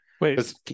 Wait